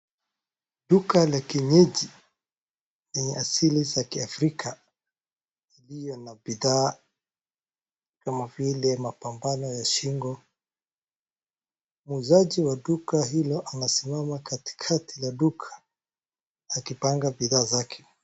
Duka la kienyeji lenye asili za Kiafrika iliyo na bidhaa kama vile mapambano ya shingo. Muuzaji wa duka hilo anasimama katikati ya duka akipanga bidhaa zake.